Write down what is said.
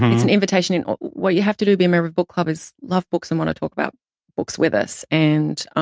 it's an invitation. and what you have to do to be a member of book club is love books and wanna talk about books with us. and,